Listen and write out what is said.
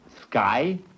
sky